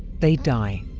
they die